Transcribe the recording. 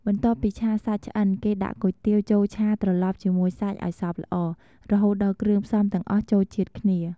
បន្ទាប់ពីឆាសាច់ឆ្អិន គេដាក់គុយទាវចូលឆាត្រឡប់ជាមួយសាច់ឱ្យសព្វល្អ រហូតដល់គ្រឿងផ្សំទាំងអស់ចូលជាតិគ្នា។